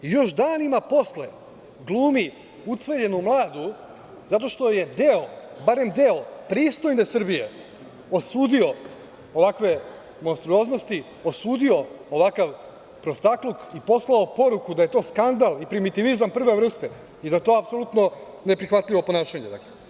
Još danima posle glumi ucveljenu mladu zato što je deo, barem deo pristojne Srbije osudio ovakve monstruoznosti, osudio ovakav prostakluk i poslao poruku da je to skandal i primitivizam prve vrste i da je to apsolutno neprihvatljivo ponašanje.